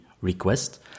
request